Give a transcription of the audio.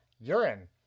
urine